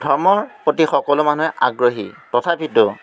ধৰ্মৰ প্ৰতি সকলো মানুহে আগ্ৰহী তথাপিতো